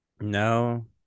No